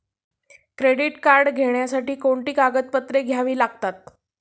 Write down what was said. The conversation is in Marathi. क्रेडिट कार्ड घेण्यासाठी कोणती कागदपत्रे घ्यावी लागतात?